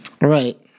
Right